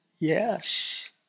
Yes